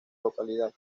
localidad